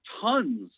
tons